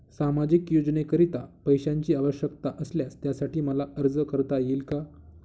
सामाजिक योजनेकरीता पैशांची आवश्यकता असल्यास त्यासाठी मला अर्ज करता येईल का?